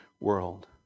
world